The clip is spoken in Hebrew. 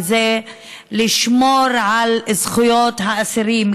וזה לשמור על זכויות האסירים,